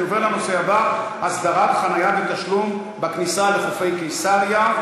אני עובר לנושא הבא: הסדרת חניה ותשלום בכניסה לחופי קיסריה,